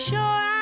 Sure